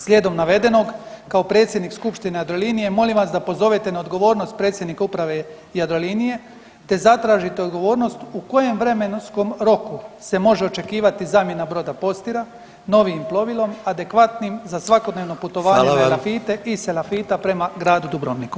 Slijedom navedenog kao predsjednik skupštine Jadrolinije molim vas da pozovete na odgovornost predsjednika Uprave Jadrolinije te zatražite odgovornost u kojem vremenskom roku se može očekivati zamjena broda Postira novijim plovilom, adekvatnim za svakodnevno putovanje u Elafite [[Upadica predsjednik: Hvala vam.]] i s Elafita prema gradu Dubrovniku.